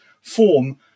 form